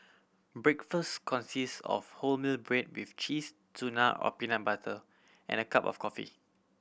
breakfast consist of wholemeal bread with cheese tuna or peanut butter and a cup of coffee